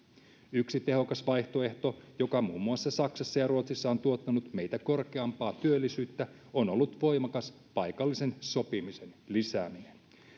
yksi tehokas vaihtoehto joka muun muassa saksassa ja ruotsissa on tuottanut meitä korkeampaa työllisyyttä on ollut voimakas paikallisen sopimisen lisääminen